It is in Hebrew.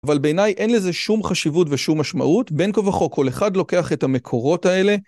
אבל בעיניי אין לזה שום חשיבות ושום משמעות, בין כה וכה, כל אחד לוקח את המקורות האלה.